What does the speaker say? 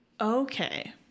Okay